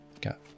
Got